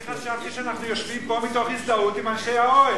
אני חשבתי שאנחנו יושבים פה מתוך הזדהות עם אנשי האוהל.